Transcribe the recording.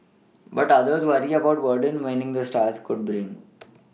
but others worry about the burden winning the stars could bring